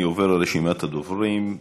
אני עובר לרשימת הדוברים.